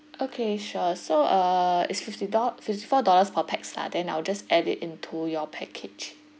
okay sure so uh it's fifty do~ fifty four dollars per pax lah then I'll just add it into your package